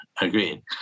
agreed